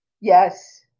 Yes